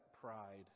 pride